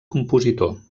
compositor